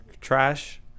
trash